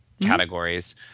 categories